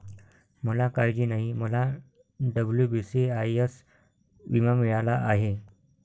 मला काळजी नाही, मला डब्ल्यू.बी.सी.आय.एस विमा मिळाला आहे